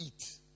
eat